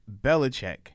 Belichick